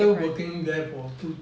so after working there for